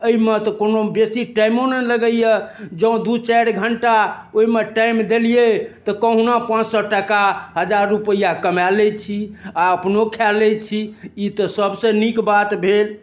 एहिमे तऽ कोनो बेसी टाइमो नहि लगैए जँ दू चारि घण्टा ओहिमे टाइम देलियै तऽ कहुना पाँच सए टाका हजार रुपैआ कमाए लैत छी आ अपनो खाए लैत छी ई तऽ सभसँ नीक बात भेल